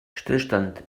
stillstand